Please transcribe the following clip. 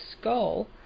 skull